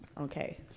Okay